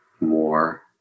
more